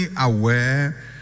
aware